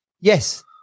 Yes